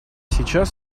сейчас